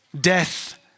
death